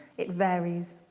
it varies.